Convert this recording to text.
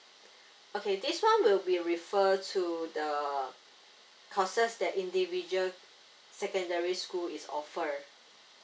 okay this one will be refer to the courses that individual secondary school is offer